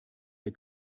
der